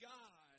God